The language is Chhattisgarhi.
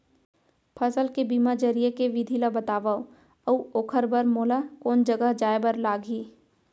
फसल के बीमा जरिए के विधि ला बतावव अऊ ओखर बर मोला कोन जगह जाए बर लागही?